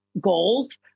goals